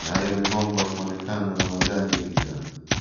nayo migomba kuonekana na majani ya kijani.